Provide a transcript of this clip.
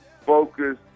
focus